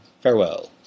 Farewell